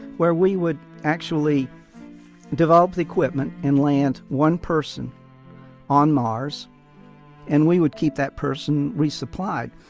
where we would actually develop the equipment and land one person on mars and we would keep that person re-supplied.